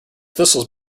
thistles